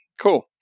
cool